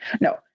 no